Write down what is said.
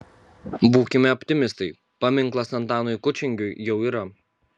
būkime optimistai paminklas antanui kučingiui jau yra